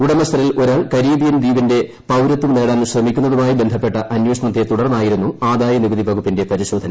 ഉടമസ്ഥരിൽ ഒരാൾ കരീബിയൻ ദ്വീപിന്റെ പൌരത്വം നേടാൻ ശ്രമിക്കുന്നതുമായി ബന്ധപ്പെട്ട അന്വേഷണത്തെ തുടർന്നായിരുന്നു ആദായനികുതി വകുപ്പിന്റെ പരിശോധന